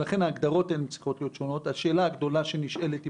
לכן ההגדרות צריכות להיות שונות השאלה הגדולה שנשאלת היא